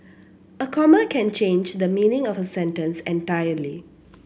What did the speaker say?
a comma can change the meaning of a sentence entirely